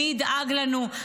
מי ידאג לנו,